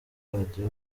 radio